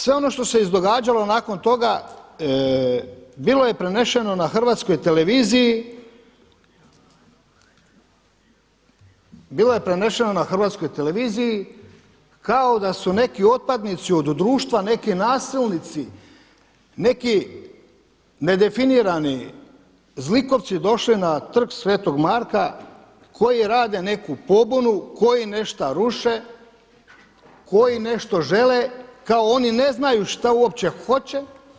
Sve ono što se izdogađalo nakon toga bilo je preneseno na HRT-u, bilo je preneseno na HRT-u kao da su neki otpadnici od društva, neki nasilnici, neki nedefinirani zlikovci došli na Trg svetog Marka, koji rade neku pobunu, koji nešto ruše, koji nešto žele, kao oni ne znaju šta uopće hoće.